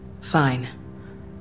Fine